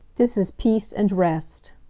this is peace and rest.